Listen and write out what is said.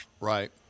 Right